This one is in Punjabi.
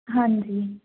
ਹਾਂਜੀ